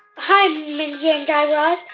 hi, mindy and guy raz.